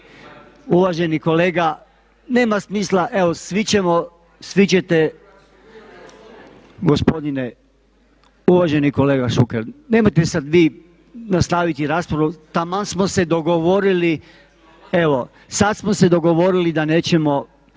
uvaženi kolega, nema smisla evo svi ćemo, svi ćete, gospodine uvaženi kolega Šuker, nemojte sada vi nastaviti raspravu. Taman smo se dogovorili. Evo sada smo se dogovorili da nećemo.